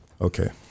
Okay